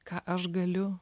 ką aš galiu